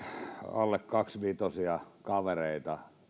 alle kaksivitosia kavereita